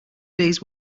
days